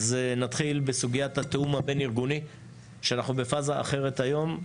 אז נתחיל בסוגיית התאום הבין-ארגוני שאנחנו בפאזה אחרת היום.